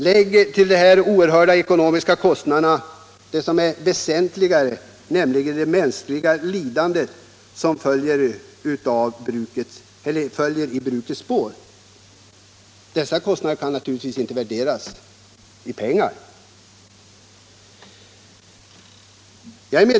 Lägg till dessa oerhörda ekonomiska kostnader något som är ännu väsentligare, nämligen det mänskliga lidande som följer i alkoholbrukets spår. Detta kan inte värderas i pengar.